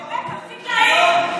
באמת, תפסיק להעיר,